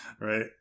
right